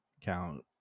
count